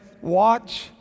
watch